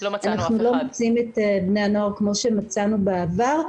אנחנו לא מוצאים את בני הנוער כמו שמצאנו בעבר.